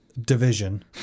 Division